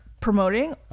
promoting